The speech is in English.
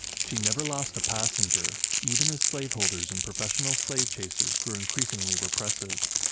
she never lost a passenger, even as slaveholders and professional slave-chasers grew increasingly repressive.